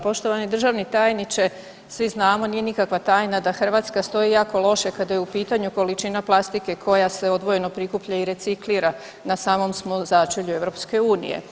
Poštovani državni tajniče, svi znamo, nije nikakva tajna, da Hrvatska stoji jako loše kada je u pitanju količina plastike koja se odvojeno prikuplja i reciklira, na samom smo začelju EU.